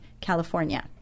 California